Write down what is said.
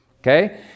Okay